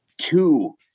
two